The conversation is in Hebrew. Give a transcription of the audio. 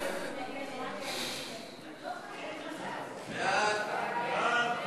ההצעה להעביר את הצעת חוק כלי הירייה (תיקון מס' 18),